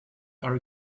are